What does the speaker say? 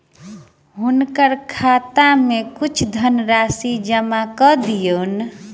हुनकर खाता में किछ धनराशि जमा कय दियौन